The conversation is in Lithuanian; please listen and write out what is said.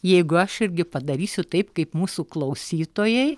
jeigu aš irgi padarysiu taip kaip mūsų klausytojai